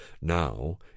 now